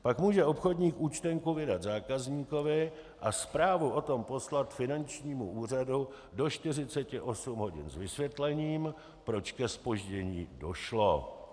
Pak může obchodník účtenku vydat zákazníkovi a zprávu o tom poslat finančnímu úřadu do 48 hodin s vysvětlením, proč ke zpoždění došlo.